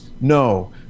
no